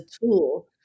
tool